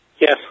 Yes